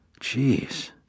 Jeez